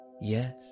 yes